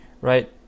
right